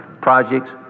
projects